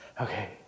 Okay